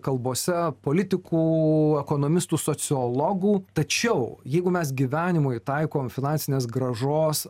kalbose politikų ekonomistų sociologų tačiau jeigu mes gyvenimui taikom finansinės grąžos